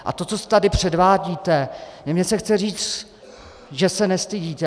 A to, co tady předvádíte mně se chce říct, že se nestydíte.